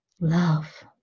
love